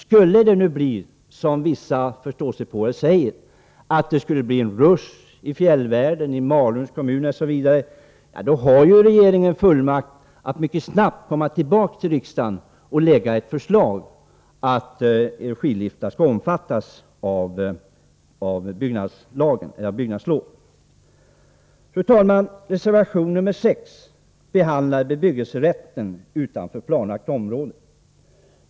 Skulle det bli, så som vissa påstår, en rusch i fjällvärlden, i Malungs kommun osv., då har regeringen fullmakt att mycket snabbt komma med ett förslag till riksdagen om att skidliftar skall omfattas av byggnadslov. Fru talman! I reservation 6 behandlas bebyggelserätten utanför planlagt område.